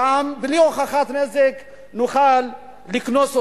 גם בלי הוכחות נזק נוכל לקנוס אותם.